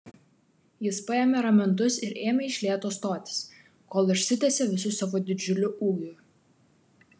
jis paėmė ramentus ir ėmė iš lėto stotis kol išsitiesė visu savo didžiuliu ūgiu